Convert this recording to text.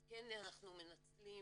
אז כן אנחנו מנצלים